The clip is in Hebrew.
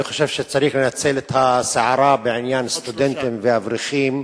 אני חושב שצריך לנצל את הסערה בעניין הסטודנטים והאברכים